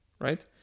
right